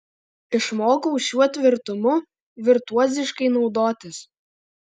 išmokau šiuo tvirtumu virtuoziškai naudotis